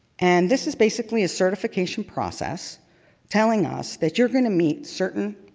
and this is basically a certification process telling us that you're going to meet certain